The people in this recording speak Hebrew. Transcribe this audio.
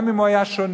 גם אם הוא היה שונה,